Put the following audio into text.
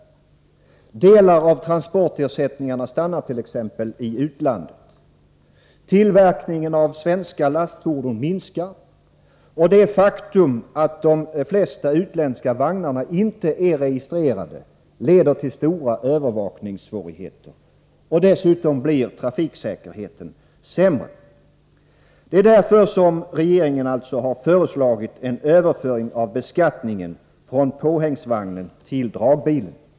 Delar av transportersättningarna stannar t.ex. i utlandet. Tillverkningen av svenska lastfordon minskar. Det faktum att de flesta utländska vagnarna inte är registrerade leder till stora övervakningssvårigheter, och dessutom blir trafiksäkerheten sämre. Det är därför som regeringen alltså har föreslagit en överföring av Nr 146 beskattningen från påhängsvagnen till dragbilen.